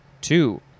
Two